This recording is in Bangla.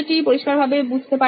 বিষয়টি পরিষ্কারভাবে বুঝতে